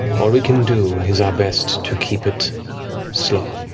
all we can do is our best to keep it slow.